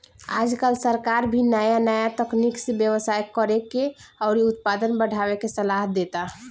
आजकल सरकार भी नाया नाया तकनीक से व्यवसाय करेके अउरी उत्पादन बढ़ावे के सालाह देता